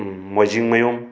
ꯃꯣꯏꯖꯤꯡꯃꯌꯨꯝ